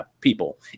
people